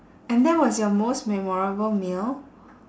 and that was your most memorable meal